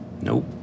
Nope